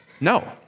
no